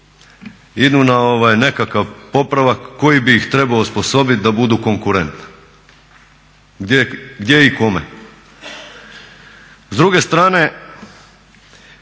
idu na nekakav popravak koji bi ih trebao osposobiti da budu konkurentne. Gdje i kome? S druge strane